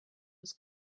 was